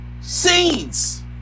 scenes